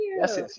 yes